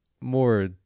more